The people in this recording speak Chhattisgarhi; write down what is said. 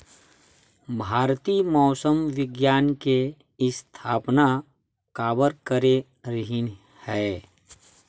भारती मौसम विज्ञान के स्थापना काबर करे रहीन है?